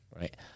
Right